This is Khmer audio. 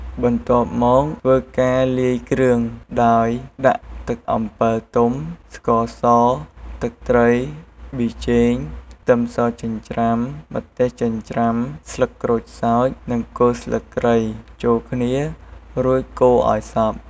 បន្ទាប់មកធ្វើការលាយគ្រឿងដោយដាក់ទឹកអំពិលទុំ ស្ករស ទឹកត្រី ប៊ីចេង ខ្ទឹមសចិញ្ច្រាំ ម្ទេសចិញ្ច្រាំ ស្លឹកក្រូចសើច និងគល់ស្លឹកគ្រៃចូលគ្នា រួចកូរឱ្យសព្វ។